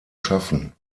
schaffen